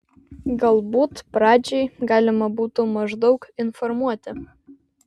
galbūt pradžiai galima būtų maždaug informuoti